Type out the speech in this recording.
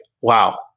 Wow